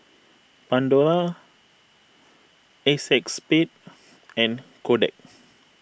Pandora A Cex Spade and Kodak